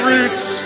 Roots